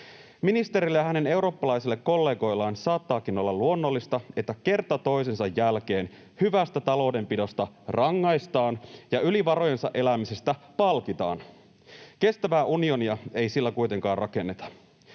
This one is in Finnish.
Ministerille ja hänen eurooppalaisille kollegoilleen saattaakin olla luonnollista, että kerta toisensa jälkeen hyvästä taloudenpidosta rangaistaan ja yli varojensa elämisestä palkitaan. Kestävää unionia ei sillä kuitenkaan rakenneta.